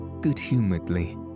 good-humouredly